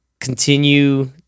continue